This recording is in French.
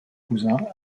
cousin